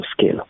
scale